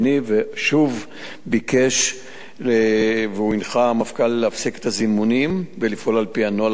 ושוב ביקש והנחה להפסיק את הזימונים ולפעול על-פי הנוהל הקבוע.